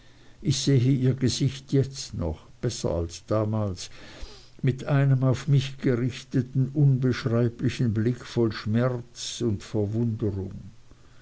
ich sehe ihr gesicht jetzt noch besser als damals mit einem auf mich gerichteten unbeschreiblichen blick voll schmerz und verwunderung